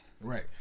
Right